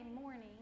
morning